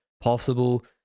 possible